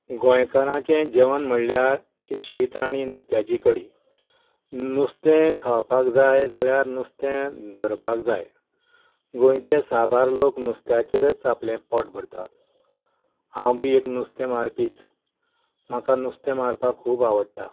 गोंयकारांचे जेवण म्हणल्यार शीत आनी नुस्त्यांची कडी नुस्तें खावपाक जाय जाल्यार नुस्तें धरपाक जाय गोंयचें साबार लोक नुस्त्यांचेरच आपलें पोट भरतां हांव बी एक नुस्तें मारपीच म्हाका नुस्तें मारपाक खूब आवडटा